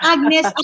Agnes